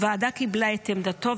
הוועדה קיבלה את עמדתו,